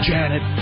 Janet